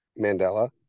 Mandela